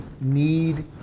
need